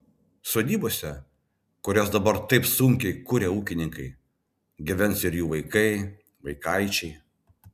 sodybose kurias dabar taip sunkiai kuria ūkininkai gyvens ir jų vaikai vaikaičiai